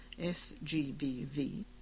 SGBV